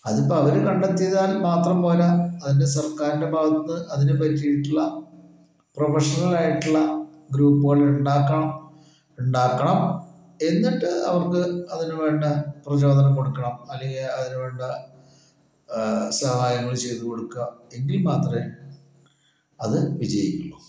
അതിപ്പോൽ അവര് കണ്ടെത്തിതാൽ മാത്രം പോരാ അതിൻ്റെ സർക്കാരിൻ്റെ ഭാഗതിന്നു അതിനു പറ്റിട്ടുള്ള പ്രൊഫഷണലായിട്ടുള്ള ഗ്രൂപ്പുകള് ഇണ്ടാക്കണം എന്നിട്ട് അവർക്ക് അതിനുവേണ്ട പ്രചോദനം കൊടുക്കണം അല്ലെങ്കി അതിനു വേണ്ട സഹായങ്ങള് ചെയ്തു കൊടുക്കുക എങ്കിൽ മാത്രമേ അത് വിജയിക്കൂ